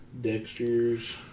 Dexter's